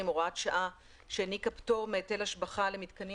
הוראת שעה שהעניקה פטור מהיטל השבחה למתקנים